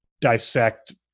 dissect